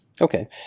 Okay